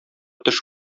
төш